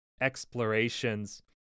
explorations